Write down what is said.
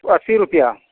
अस्सी रुपआ